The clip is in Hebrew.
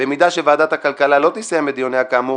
במידה שוועדת הכלכלה לא תסיים את דיוניה כאמור,